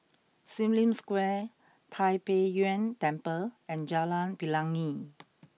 Sim Lim Square Tai Pei Yuen Temple and Jalan Pelangi